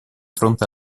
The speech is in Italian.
fronte